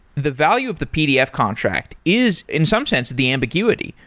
the value of the pdf contract is in some sense the ambiguity,